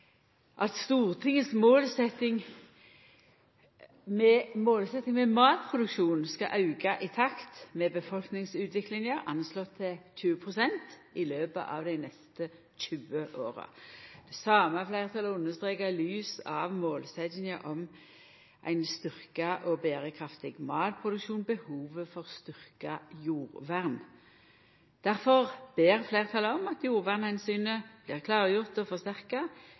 at Stortingets målsetjing er at matproduksjonen skal auka i takt med befolkningsutviklinga, anslått til 20 pst. i løpet av dei neste 20 åra. Same fleirtalet understrekar i lys av målsetjinga om ein styrkt og berekraftig matproduksjon behovet for styrkt jordvern. Difor ber fleirtalet om at jordvernomsynet blir klargjort og forsterka i statlege planretningslinjer. Venstre ser ikkje ut til å